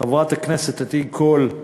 חברת הכנסת עדי קול,